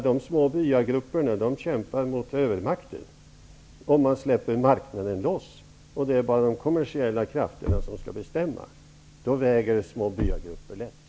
De små byagrupperna kämpar mot övermakten. Om man släpper marknaden loss och det bara är det kommersiella krafterna som skall bestämma väger små byagrupper lätt.